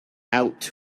out